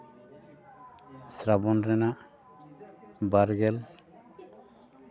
ᱥᱨᱟᱵᱚᱱ ᱨᱮᱱᱟᱜ ᱵᱟᱨᱜᱮᱞ